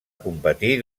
competir